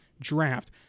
draft